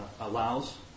allows